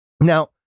Now